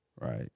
Right